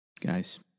Guys